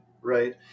Right